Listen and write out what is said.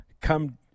come